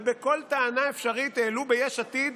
וכל טענה אפשרית העלו ביש עתיד.